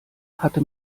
hatte